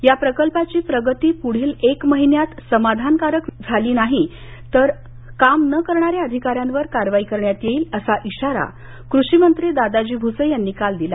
या प्रकल्पाची प्रगती पुढील एक महिन्यात समाधानकारक नसल्यास काम न करणाऱ्या अधिकार्यांवर कारवाई करण्यात येईल असा इशारा कृषिमंत्री दादाजी भूसे यांनी काल दिला